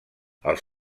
els